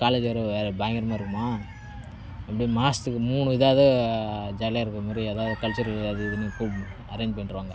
college வேறு வேறு பயங்கரமாக இருக்குமா இப்படி மாதத்துக்கு மூணு இதாவது ஜாலியாக இருக்கிற மாதிரி ஏதாவது கல்ச்சுரல் அது இதுன்னு கூப்பிட்டு அரேஞ்ச் பண்ணிடுவாங்க